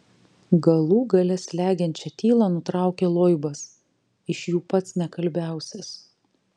galų gale slegiančią tylą nutraukė loibas iš jų pats nekalbiausias